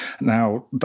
Now